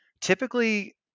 typically